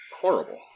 horrible